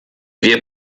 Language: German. wir